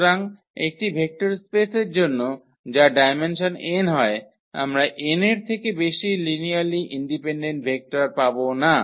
সুতরাং একটি ভেক্টর স্পেসের জন্য যার ডায়মেনসন n হয় আমরা n এর থেকে বেশী লিনিয়ারলি ইন্ডিপেন্ডেন্ট ভেক্টর পাব না